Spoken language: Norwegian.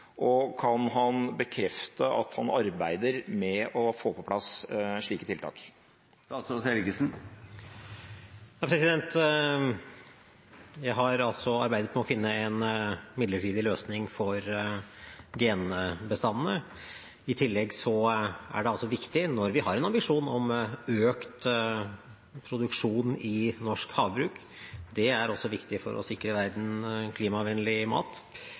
og kan han bekrefte at han arbeider med å få på plass slike tiltak? Jeg har arbeidet med å finne en midlertidig løsning for genbestandene. I tillegg er det viktig, når vi har en ambisjon om økt produksjon i norsk havbruk, for å sikre verden klimavennlig mat.